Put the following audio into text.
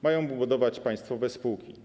Mają ją budować państwowe spółki.